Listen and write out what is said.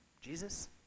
Jesus